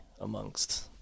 amongst